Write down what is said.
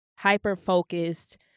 hyper-focused